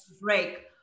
break